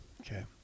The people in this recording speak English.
Okay